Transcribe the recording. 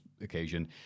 occasion